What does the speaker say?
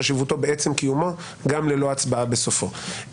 חשיבותו בעצם קיומו גם ללא הצבעה בסופו.